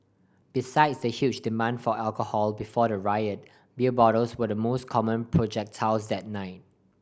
besides the huge demand for alcohol before the riot beer bottles were the most common projectiles that night